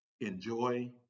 Enjoy